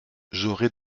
j’aurais